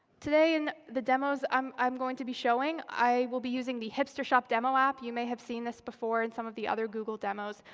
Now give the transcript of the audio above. today in the demos, i'm i'm going to be showing i will be using the hipster shop demo app. you may have seen this before in some of the other google demos.